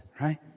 right